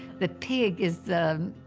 the pig is the